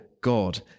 God